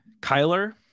Kyler